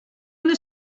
una